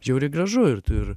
žiauriai gražu ir tu ir